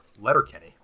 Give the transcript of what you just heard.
Letterkenny